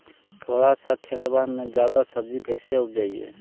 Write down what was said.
थोड़ा सा खेतबा में जादा सब्ज़ी कैसे उपजाई?